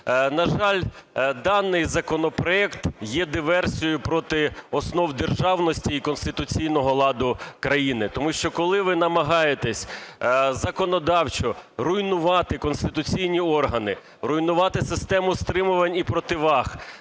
на жаль, даний законопроект є диверсією проти основ державності і конституційного ладу країни. Тому що, коли ви намагаєтесь законодавчо руйнувати конституційні органи, руйнувати систему стримувань і противаг,